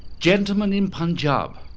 gentlemen in punjab.